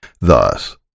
Thus